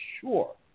sure